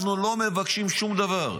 אנחנו לא מבקשים שום דבר,